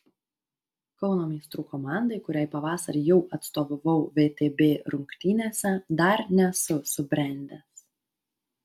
kauno meistrų komandai kuriai pavasarį jau atstovavau vtb rungtynėse dar nesu subrendęs